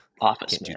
office